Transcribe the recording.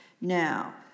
now